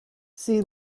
see